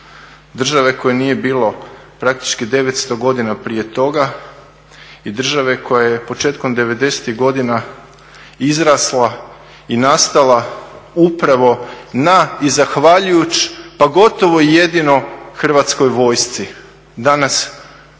države koja nije bilo praktički 900 godina prije toga i države koja je početkom 90.-tih godina izrasla i nastala upravo na i zahvaljujući pa gotovo jedino hrvatskoj vojsci, danas